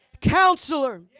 Counselor